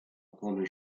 come